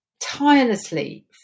tirelessly